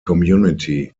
community